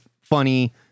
funny